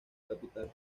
capital